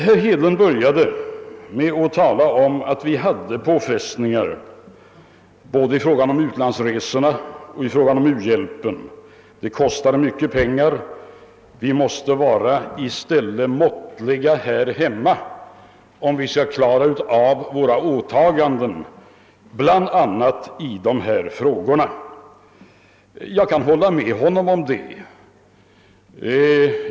Herr Hedlund började sitt anförande med att tala om att vi hade påfrestningar på vår ekonomi både genom utlandsresorna och genom u-hjälpen. Dessa kostar mycket pengar. Vi måste i stället vara måttfulla här hemma, om vi skall klara av våra åtaganden bla. i dessa frågor, sade han. Jag kan hålla med honom om det.